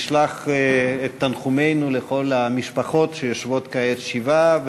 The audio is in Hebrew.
נשלח את תנחומינו לכל המשפחות שיושבות כעת שבעה.